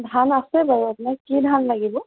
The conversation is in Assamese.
ধান আছে বাৰু আপোনাক কি ধান লাগিব